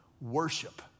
worship